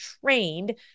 trained